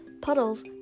Puddles